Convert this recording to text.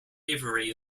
avery